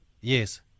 Yes